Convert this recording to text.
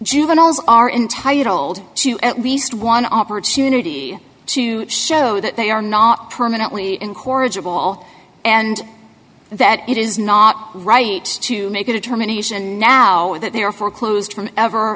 juveniles are entitled to at least one opportunity to show that they are not permanently in corrigible and that it is not right to make a determination now that they are foreclosed from ever